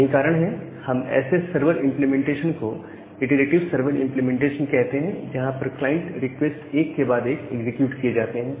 यही कारण है कि हम ऐसे सर्वर इंप्लीमेंटेशन को इटरेटिव सर्वर इंप्लीमेंटेशन कहते हैं जहां पर क्लाइंट रिक्वेस्ट एक के बाद एक एग्जीक्यूट किए जाते हैं